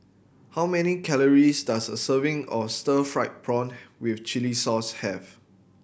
how many calories does a serving of stir fried prawn with chili sauce have